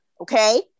Okay